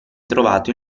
trovato